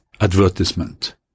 advertisement